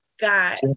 got